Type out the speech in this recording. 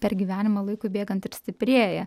per gyvenimą laikui bėgant ir stiprėja